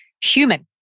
human